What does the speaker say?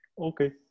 Okay